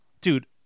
Dude